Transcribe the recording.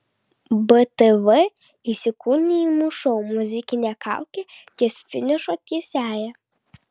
btv įsikūnijimų šou muzikinė kaukė ties finišo tiesiąja